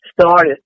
started